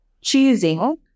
choosing